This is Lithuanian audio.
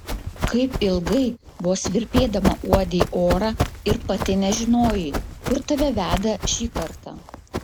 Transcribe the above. kaip ilgai vos virpėdama uodei orą ir pati nežinojai kur tave veda šį kartą